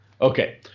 Okay